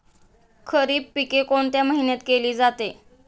खरीप पिके कोणत्या महिन्यात केली जाते?